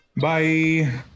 Bye